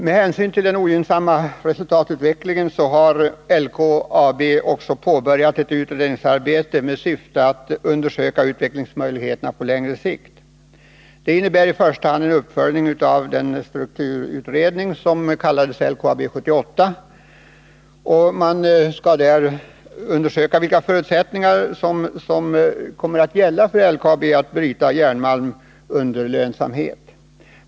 På grund av den ogynnsamma resultatutvecklingen har LKAB påbörjat ett utredningsarbete i syfte att undersöka utvecklingsmöjligheterna på längre sikt. Detta innebäri första hand en uppföljning av den strukturutredning som kallades LKAB 78. Därvid skall man undersöka förutsättningarna för LKAB att med lönsamhet bryta järnmalm.